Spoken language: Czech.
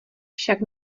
však